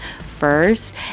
first